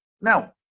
Now